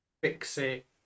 fix-it